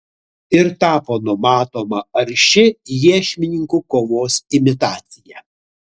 ir tapo numatoma arši iešmininkų kovos imitacija